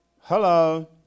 Hello